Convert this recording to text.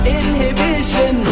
inhibition